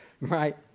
right